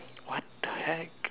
what the heck